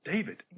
David